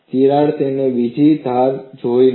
તિરાડ તેની બીજી ધાર જોઈ નથી